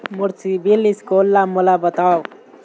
मोर CIBIL score ला मोला बताव?